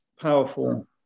powerful